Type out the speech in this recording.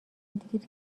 دیر